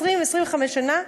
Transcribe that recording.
20 25 שנה.